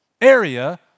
area